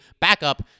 backup